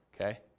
okay